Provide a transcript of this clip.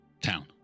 town